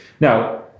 Now